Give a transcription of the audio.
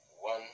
one